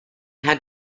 had